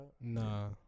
Nah